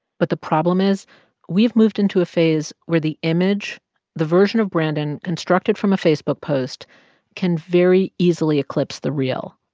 but the problem is we've moved into a phase where the image the version of brandon constructed from a facebook post can very easily eclipse the real.